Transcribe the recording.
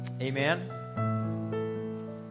Amen